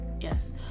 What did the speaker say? Yes